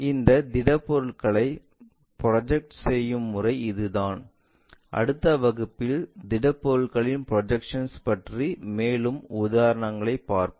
இந்த திடப்பொருட்களை ப்ரொஜெக்ட் செய்யும் முறை இதுதான் அடுத்த வகுப்பில் திடப்பொருட்களின் ப்ரொஜெக்ஷன்ஸ் பற்றிய மேலும் உதாரணங்களைப் பார்ப்போம்